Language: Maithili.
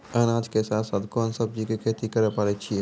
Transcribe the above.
अनाज के साथ साथ कोंन सब्जी के खेती करे पारे छियै?